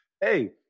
hey